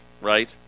right